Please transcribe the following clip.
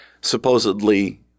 supposedly